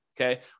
okay